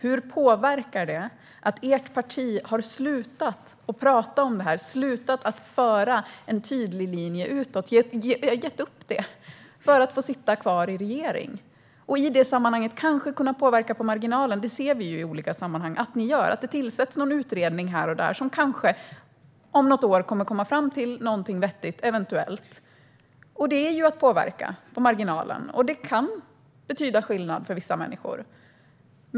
Hur påverkar det att ert parti har slutat att tala om detta och slutat att föra en tydlig linje utåt? Ni har gett upp det för att få sitta kvar i regering och i det sammanhanget kanske kunna påverka på marginalen. Det ser vi i olika sammanhang att ni gör. Det tillsätts någon utredning här och där som kanske om något år eventuellt kommer fram till någonting vettigt. Det är att påverka på marginalen. Det kan betyda skillnad för vissa människor.